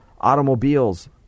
automobiles